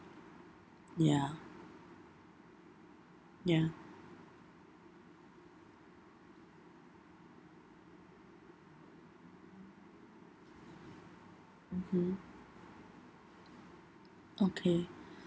ya ya mmhmm okay